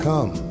Come